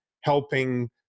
helping